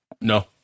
No